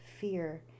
fear